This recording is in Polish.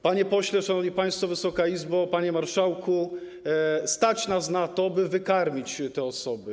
Panie pośle, szanowni państwo, Wysoka Izbo, panie marszałku, stać nas na to, by wykarmić te osoby.